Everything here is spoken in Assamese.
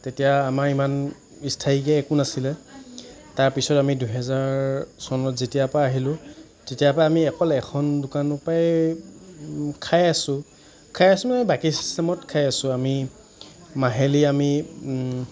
তেতিয়া আমাৰ ইমান স্থায়ীকৈ একো নাছিলে তাৰপাছত আমি দুহেজাৰ চনত যেতিয়াপৰা আহিলোঁ তেতিয়াৰ পৰা আমি অকল এখন দোকানৰ পৰাই খায় আছোঁ খায় আছোঁ মানে বাকী চিছটেমত খায় আছোঁ আমি মাহিলী আমি